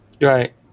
Right